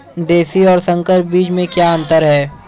देशी और संकर बीज में क्या अंतर है?